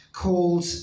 called